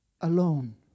alone